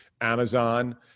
Amazon